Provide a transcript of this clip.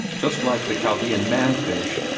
just like the chaldean man-fish.